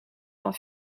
van